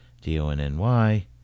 D-O-N-N-Y